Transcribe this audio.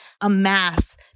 amass